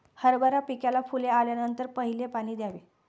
हरभरा पिकाला फुले आल्यानंतर पहिले पाणी द्यावे